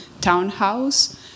townhouse